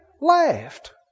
laughed